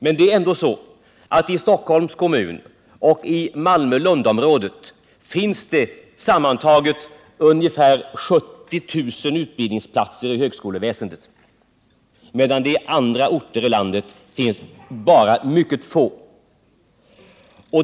Men det är ändå så att det i Stockholms kommun och i Malmö-Lundområdet finns samman taget ungefär 70 000 utbildningsplatser inom högskoleväsendet, medan det på andra orter i landet finns mycket få.